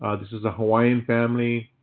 ah this is a hawaiian family